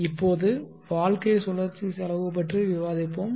இப்போது வாழ்க்கை சுழற்சி செலவு பற்றி விவாதிப்போம்